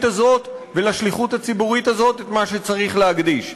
הזאת ולשליחות הציבורית הזאת את מה שצריך להקדיש.